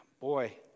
boy